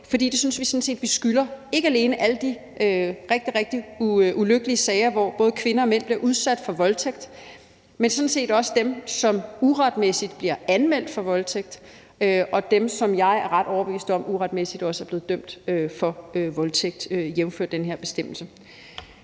for det synes vi sådan set vi skylder, ikke alene alle i de rigtig, rigtig ulykkelige sager, hvor både kvinder og mænd bliver udsat for voldtægt, men sådan set også dem, som uretmæssigt bliver anmeldt for voldtægt, og dem, som jeg er ret overbevist om uretmæssigt også er blevet dømt for voldtægt, jævnfør den her bestemmelse.